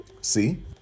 See